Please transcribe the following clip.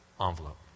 envelope